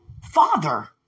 father